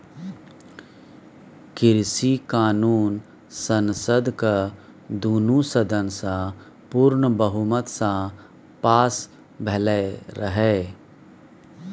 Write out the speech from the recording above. कृषि कानुन संसदक दुनु सदन सँ पुर्ण बहुमत सँ पास भेलै रहय